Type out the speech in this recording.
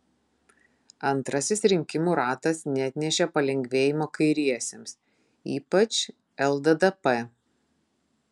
antrasis rinkimų ratas neatnešė palengvėjimo kairiesiems ypač lddp